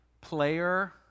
player